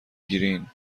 گرین